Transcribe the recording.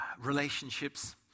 relationships